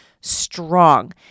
strong